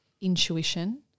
intuition